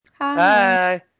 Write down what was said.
Hi